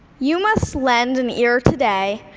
you must lend an ear today,